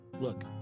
look